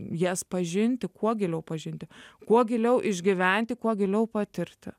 jas pažinti kuo giliau pažinti kuo giliau išgyventi kuo giliau patirti